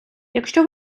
якщо